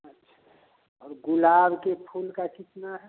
अच्छा और गुलाब के फूल का कितना है